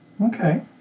Okay